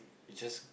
just